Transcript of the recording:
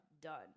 done